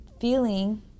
feeling